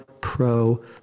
pro